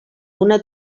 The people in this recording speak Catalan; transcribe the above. una